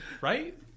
right